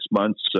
months